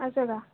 असं का